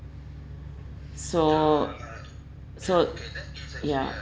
so so ya